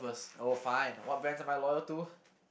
oh fine what brands am I loyal to